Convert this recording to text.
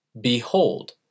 Behold